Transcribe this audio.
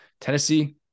Tennessee